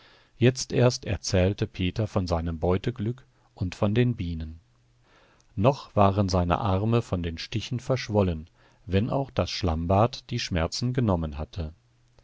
jetzt erst erzählte peter von seinem beuteglück und von den bienen noch waren seine arme von den stichen verschwollen wenn auch das schlammbad die schmerzen genommen hatte